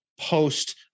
post